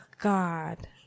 God